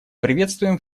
приветствуем